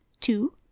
two